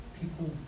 people